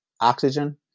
oxygen